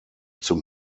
zum